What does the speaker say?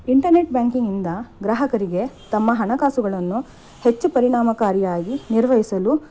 internet ಬ್ಯಾಂಕಿಂಗಿಂದ ಗ್ರಾಹಕರಿಗೆ ತಮ್ಮ ಹಣಕಾಸುಗಳನ್ನು ಹೆಚ್ಚು ಪರಿಣಾಮಕಾರಿಯಾಗಿ ನಿರ್ವಹಿಸಲು